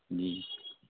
جی